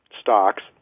stocks